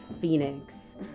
Phoenix